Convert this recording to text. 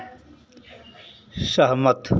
सहमत